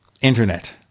internet